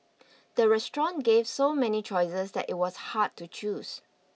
the restaurant gave so many choices that it was hard to choose